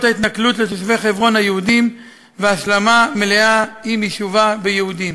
ההתנכלות לתושבי חברון היהודים והשלמה מלאה עם יישובה ביהודים.